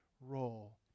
role